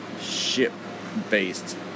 ship-based